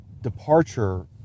departure